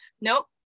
nope